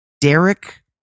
Derek